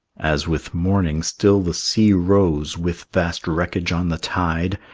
as with morning still the sea rose with vast wreckage on the tide,